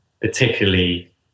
particularly